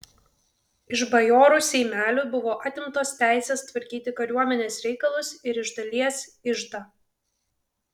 iš bajorų seimelių buvo atimtos teisės tvarkyti kariuomenės reikalus ir iš dalies iždą